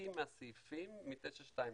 בחלקים מהסעיפים מ-922.